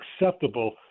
acceptable